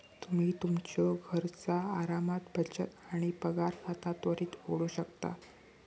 तुम्ही तुमच्यो घरचा आरामात बचत आणि पगार खाता त्वरित उघडू शकता